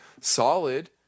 solid